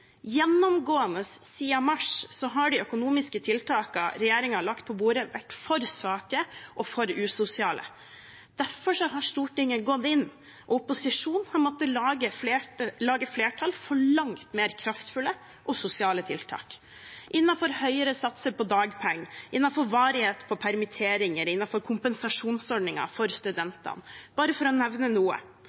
Gjennomgående siden mars har de økonomiske tiltakene regjeringen har lagt på bordet, vært for svake og for usosiale. Derfor har Stortinget gått inn, opposisjonen har måttet lage flertall for langt mer kraftfulle og sosiale tiltak innenfor høyere satser på dagpenger, innenfor varighet på permittering, innenfor kompensasjonsordninger for studentene – bare for å nevne noe.